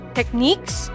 techniques